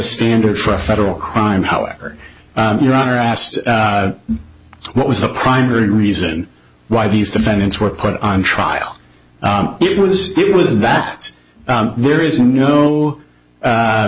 standard for a federal crime however your honor asked what was the primary reason why these defendants were put on trial it was it was that there is no